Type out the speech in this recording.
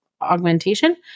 augmentation